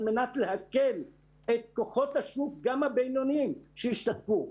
מנת להקל את כוחות השוק גם הבינוניים שישתתפו.